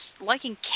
liking